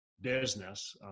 business